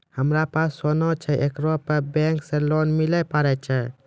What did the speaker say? हमारा पास सोना छै येकरा पे बैंक से लोन मिले पारे छै?